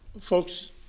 Folks